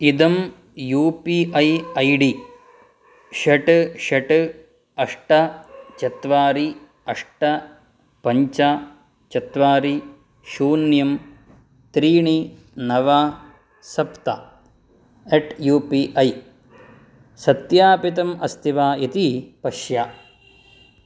इदं U P I I D षट् षट् अष्ट चत्वारि अष्ट पञ्च चत्वारि शून्यं त्रीणि नव सप्त एट् यु पि ऐ सत्यापितम् अस्ति वा इति पश्य